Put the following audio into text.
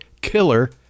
killer